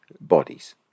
bodies